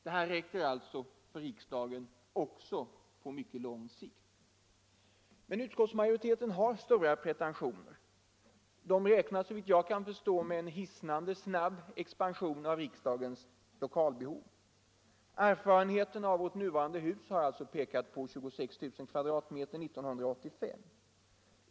Det räcker alltså för riksdagen också på mycket lång sikt. Utskottsmajoriteten har emellertid stora pretentioner. Den räknar såvitt jag kan förstå med en hissnande snabb expansion av riksdagens lokalbehov. Erfarenheterna av vårt nuvarande hus har alltså pekat på 26 000 m? 1985.